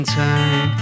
time